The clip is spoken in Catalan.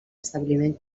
establiment